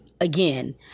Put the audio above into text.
Again